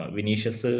Vinicius